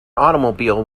automobile